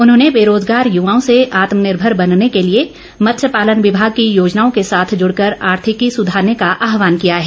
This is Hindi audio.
उन्होंने बेरोजगार युवाओं से आत्मनिर्भर बनने के लिए मत्स्य पालन विभाग की योजनाओं के साथ जुड़कर आर्थिकी सुधारने का आहवान किया है